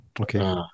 Okay